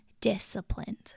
disciplined